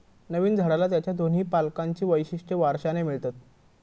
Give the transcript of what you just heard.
नवीन झाडाला त्याच्या दोन्ही पालकांची वैशिष्ट्ये वारशाने मिळतात